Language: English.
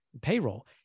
payroll